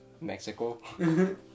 Mexico